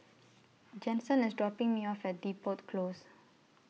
Jensen IS dropping Me off At Depot Close